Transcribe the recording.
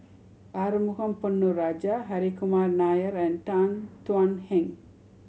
Arumugam Ponnu Rajah Hri Kumar Nair and Tan Thuan Heng